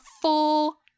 full